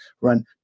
run